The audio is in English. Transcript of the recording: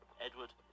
Edward